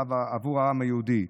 עבור העם היהודי.